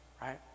right